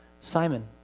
Simon